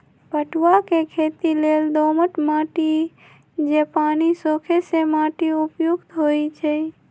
पटूआ के खेती लेल दोमट माटि जे पानि सोखे से माटि उपयुक्त होइ छइ